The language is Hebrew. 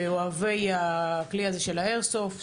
שהם אוהבי הכלי הזה של האיירסופט,